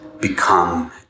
become